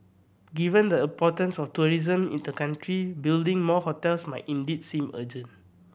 given the importance of tourism in the country building more hotels might indeed seem urgent